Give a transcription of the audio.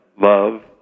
love